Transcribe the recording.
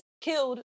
killed